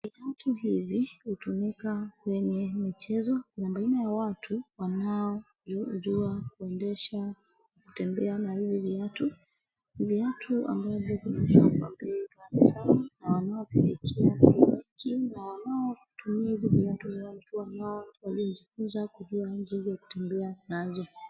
Viatu hivi hutumika kwenye michezo. Kuna baadhi ya watu wanaojua kuendesha, kutembea na hivi viatu. Viatu ambavyo vinauzwa kwa bei ghali sana na wanaovifikia si wengi na wanaotumia hivi viatu ni watu ambao walijifunza kujua jinsi ya kutembea nazo.